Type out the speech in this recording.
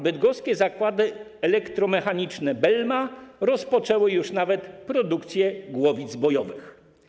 Bydgoskie Zakłady Elektromechaniczne „Belma” rozpoczęły już nawet produkcję głowic bojowych.